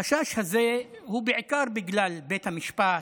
החשש הזה הוא בעיקר בגלל בית המשפט,